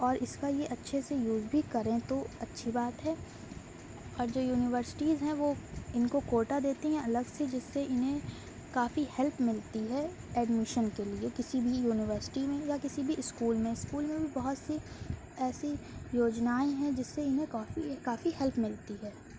اور اس کا یہ اچھے سے یوز بھی کریں تو اچھی بات ہے اور جو یونیورسٹیز ہیں وہ ان کو کوٹا دیتی ہیں الگ سے جس سے انہیں کافی ہیلپ ملتی ہے ایڈمیشن کے لیے کسی بھی یونیورسٹی میں یا کسی بھی اسکول میں اسکول میں بھی بہت سی ایسی یوجنائیں ہیں جس سے انہیں کافی کافی ہیلپ ملتی ہے